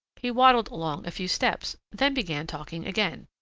he waddled along a few steps, then began talking again.